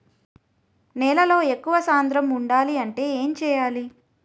నేలలో ఎక్కువ సాంద్రము వుండాలి అంటే ఏంటి చేయాలి?